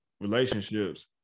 relationships